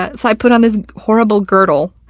ah so i put on this horrible girdle,